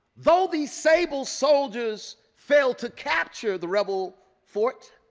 though these sable soldiers failed to capture the rebel fort,